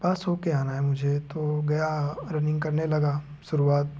पास हो कर आना है मुझे तो गया रनिंग करने लगा शुरुआत